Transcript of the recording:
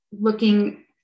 looking